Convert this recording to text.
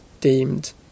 deemed